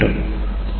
வெளிப்படுத்தியது